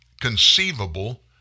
conceivable